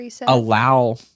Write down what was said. allow